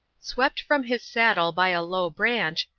swept from his saddle by a low branch,